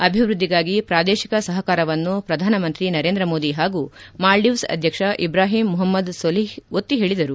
ಅಭಿವೃದ್ದಿಗಾಗಿ ಪ್ರಾದೇಶಿಕ ಸಹಕಾರವನ್ನು ಪ್ರಧಾನಿ ನರೇಂದ್ರ ಮೋದಿ ಹಾಗೂ ಮಾಲ್ದೀವ್ಗೆ ಅಧ್ಯಕ್ಷ ಇಬ್ರಾಹೀಮ್ ಮುಹಮ್ಜದ್ ಸೋಲಿಹ್ ಒತ್ತಿ ಹೇಳಿದರು